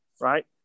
right